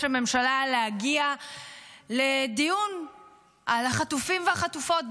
הממשלה להגיע לדיון על החטופים והחטופות,